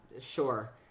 Sure